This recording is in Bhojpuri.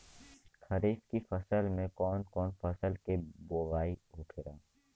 खरीफ की फसल में कौन कौन फसल के बोवाई होखेला?